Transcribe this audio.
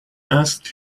asked